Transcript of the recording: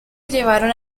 llevaron